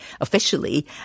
officially